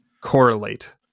correlate